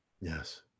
Yes